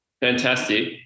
fantastic